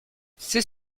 c’est